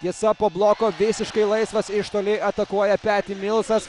tiesa po bloko visiškai laisvas iš toli atakuoja peti milsas